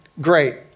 great